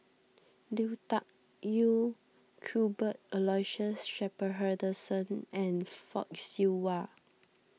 Lui Tuck Yew Cuthbert Aloysius Shepherdson and Fock Siew Wah